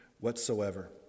whatsoever